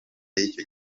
y’icyo